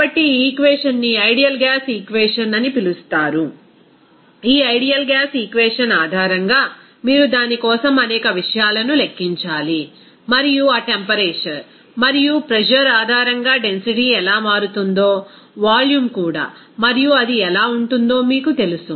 కాబట్టి ఈ ఈక్వేషన్ ని ఐడియల్ గ్యాస్ ఈక్వేషన్ అని పిలుస్తారు మరియు ఈ ఐడియల్ గ్యాస్ ఈక్వేషన్ ఆధారంగా మీరు దాని కోసం అనేక విషయాలను లెక్కించాలి మరియు ఆ టెంపరేచర్ మరియు ప్రెజర్ ఆధారంగా డెన్సిటీ ఎలా మారుతుందో వాల్యూమ్ కూడా మరియు అది ఎలా ఉంటుందో మీకు తెలుసు